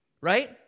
right